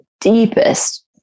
deepest